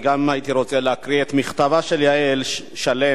אני הייתי רוצה לקרוא את מכתבה של יעל שלם,